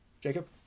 Jacob